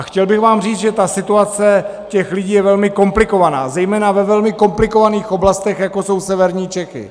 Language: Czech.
Chtěl bych vám říci, že situace těch lidí je velmi komplikovaná, zejména ve velmi komplikovaných oblastech, jako jsou severní Čechy.